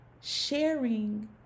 sharing